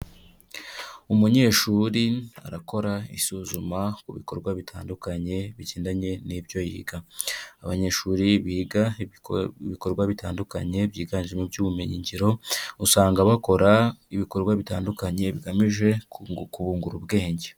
Umunyeshuri arakora isuzuma ku bikorwa bitandukanye bigendanye n'ibyo yiga, abanyeshuri biga ibikorwa bitandukanye byiganjemo iby'ubumenyin ngiro, usanga bakora ibikorwa bitandukanye bigamije kubungura ubwenge.